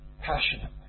passionately